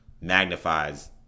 magnifies